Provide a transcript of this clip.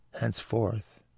Henceforth